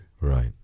Right